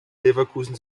leverkusen